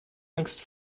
angst